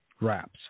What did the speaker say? wraps